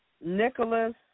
Nicholas